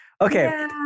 Okay